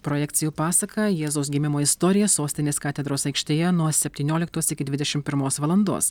projekcijų pasaka jėzaus gimimo istorija sostinės katedros aikštėje nuo septynioliktos iki dvidešim pirmos valandos